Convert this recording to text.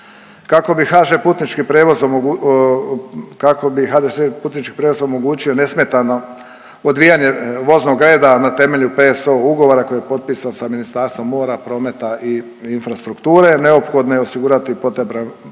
kako bi HDZ putnički prijevoz omogućio nesmetano odvijanje voznog reda na temelju PSO ugovora koji je potpisan sa Ministarstvom mora, prometa i infrastrukture, neophodno je osigurati potreban